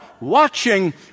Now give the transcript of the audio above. watching